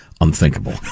unthinkable